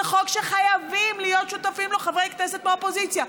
זה חוק שחייבים להיות שותפים לו חברי כנסת מהאופוזיציה.